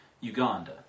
Uganda